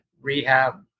rehab